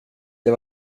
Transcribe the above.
det